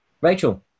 Rachel